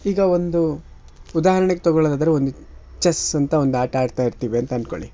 ಈಗ ಒಂದು ಉದಾಹರ್ಣೆಗೆ ತಗೊಳ್ಳೋದಾದ್ರೆ ಒಂದು ಚೆಸ್ ಅಂತ ಒಂದು ಆಟ ಆಡ್ತಾ ಇರ್ತೀವಿ ಅಂತ ಅಂದ್ಕೊಳ್ಳಿ